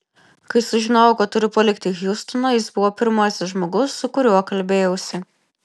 kai sužinojau kad turiu palikti hjustoną jis buvo pirmasis žmogus su kuriuo kalbėjausi